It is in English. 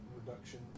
reduction